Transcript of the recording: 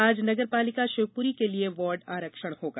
आज नगरपालिका शिवपुरी के लिए वार्ड़ आरक्षण होगा